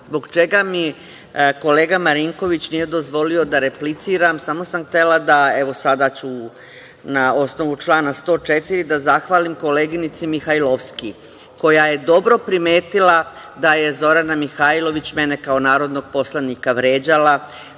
zbog čega mi kolega Marinković nije dozvolio da repliciram? Evo, sada ću na osnovu člana 104. da zahvalim koleginici Mihajlovski, koja je dobro primetila da je Zorana Mihajlović mene kao narodnog poslanika vređala,